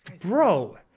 bro